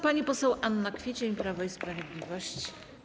Pani poseł Anna Kwiecień, Prawo i Sprawiedliwość.